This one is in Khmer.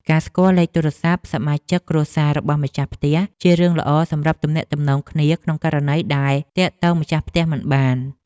ការស្គាល់លេខទូរស័ព្ទសមាជិកគ្រួសាររបស់ម្ចាស់ផ្ទះជារឿងល្អសម្រាប់ទំនាក់ទំនងគ្នាក្នុងករណីដែលទាក់ទងម្ចាស់ផ្ទះមិនបាន។